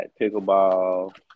pickleball